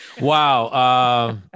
Wow